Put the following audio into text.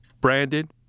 branded